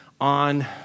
on